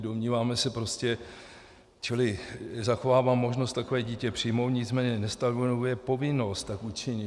Domníváme se prostě čili zachovává možnost takové dítě přijmout, nicméně nestanovuje povinnost tak učinit.